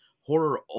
Horror